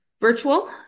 virtual